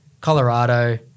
Colorado